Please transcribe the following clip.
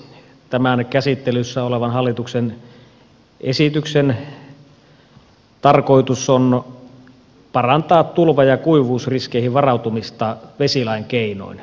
tämän käsittelyssä olevan hallituksen esityksen tarkoitus on parantaa tulva ja kuivuusriskeihin varautumista vesilain keinoin